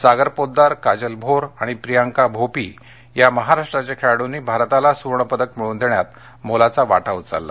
सागर पोतदार काजल भोर आणि प्रियांका भोपी या महाराष्ट्राच्या खेळाडूंनी भारताला सुवर्णपदक मिळवून देण्यात मोलाचा वाटा उचलला